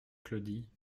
claudie